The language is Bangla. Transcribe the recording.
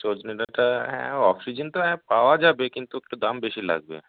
সজনে ডাঁটা হ্যাঁ অফ সিজন তো হ্যাঁ পাওয়া যাবে কিন্তু একটু দাম বেশি লাগবে